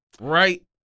right